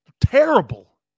terrible